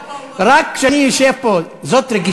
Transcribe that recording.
עכשיו, כשראש